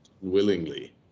willingly